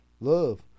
Love